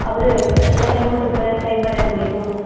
അവര് എത്ര ടൈമ് തൊട്ട് എത്ര ടൈമ് വരെയാണ് ജോലിക്ക് പോവുന്നത്